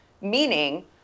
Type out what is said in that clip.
meaning